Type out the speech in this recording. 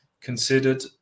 considered